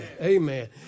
Amen